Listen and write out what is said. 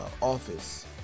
Office